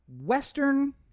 western